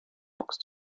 box